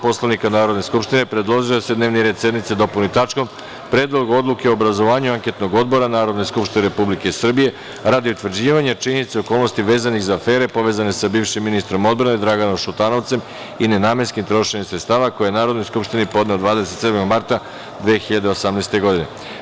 Poslovnika Narodne skupštine, predložio je da se dnevni red sednice dopuni tačkom – Predlog odluke o obrazovanju anketnog odbora Narodne skupštine Republike Srbije radi utvrđivanja činjenica i okolnosti vezanih za afere povezane sa bivšim ministrom odbrane Draganom Šutanovcem i nenamenskim trošenjem sredstava, koji je Narodnoj skupštini podneo 27. marta 2018. godine.